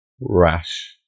rash